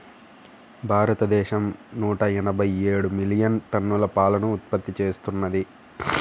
భారతదేశం నూట ఎనభై ఏడు మిలియన్ టన్నుల పాలను ఉత్పత్తి చేస్తున్నది